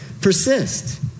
Persist